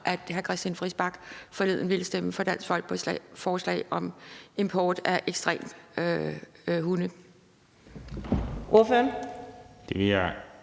at hr. Christian Friis Bach forleden ville stemme for Dansk Folkepartis forslag om import af ekstremt avlede hunde. Kl.